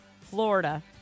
Florida